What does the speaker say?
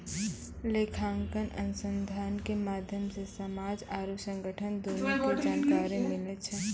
लेखांकन अनुसन्धान के माध्यम से समाज आरु संगठन दुनू के जानकारी मिलै छै